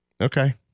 Okay